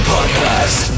Podcast